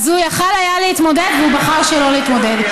אז הוא יכול היה להתמודד והוא בחר שלא להתמודד.